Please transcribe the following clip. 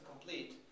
complete